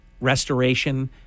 restoration